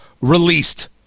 released